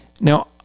Now